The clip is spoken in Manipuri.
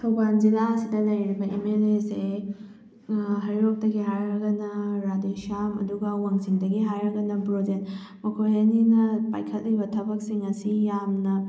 ꯊꯧꯕꯥꯜ ꯖꯤꯂꯥ ꯑꯁꯤꯗ ꯂꯩꯔꯤꯕ ꯑꯦꯝ ꯑꯦꯜ ꯑꯦꯁꯦ ꯍꯩꯔꯣꯛꯇꯒꯤ ꯍꯥꯏꯔꯒꯅ ꯔꯥꯙꯦꯁꯥꯝ ꯑꯗꯨꯒ ꯋꯥꯡꯖꯤꯡꯗꯒꯤ ꯍꯥꯏꯔꯒꯅ ꯕ꯭ꯔꯣꯖꯦꯟ ꯃꯈꯣꯏ ꯑꯅꯤꯅ ꯄꯥꯏꯈꯠꯂꯤꯕ ꯊꯕꯛꯁꯤꯡ ꯑꯁꯤ ꯌꯥꯝꯅ